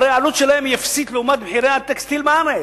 הרי העלות שלהם היא אפסית לעומת מחירי הטקסטיל בארץ,